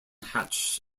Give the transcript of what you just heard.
hatch